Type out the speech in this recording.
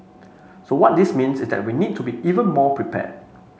so what this means is that we need to be even more prepared